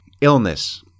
illness